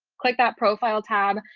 click that profile tab.